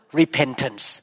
repentance